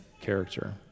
character